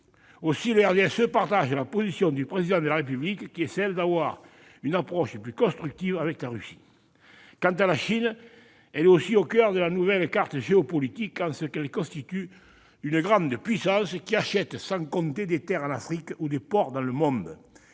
Aussi le RDSE partage-t-il la position du Président de la République, qui est d'adopter une attitude plus constructive avec la Russie. La Chine est également au coeur de la nouvelle carte géopolitique en ce qu'elle constitue une grande puissance qui achète sans compter des terres en Afrique ou des ports dans le monde.